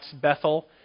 Bethel